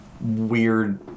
weird